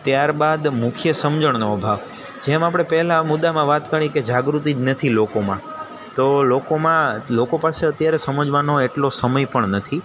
ત્યારબાદ મુખ્ય સમજણનો અભાવ જેમ આપણે પહેલા મુદ્દામાં વાત કરી કે જાગૃતિ જ નથી લોકોમાં તો લોકોમાં લોકો પાસે અત્યારે સમજવાનો એટલો સમય પણ નથી